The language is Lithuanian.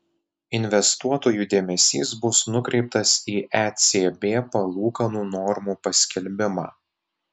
investuotojų dėmesys bus nukreiptas į ecb palūkanų normų paskelbimą